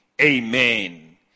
Amen